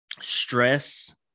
stress